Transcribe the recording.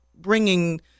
bringing